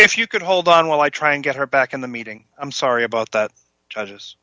if you could hold on while i try and get her back in the meeting i'm sorry about that